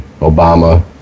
Obama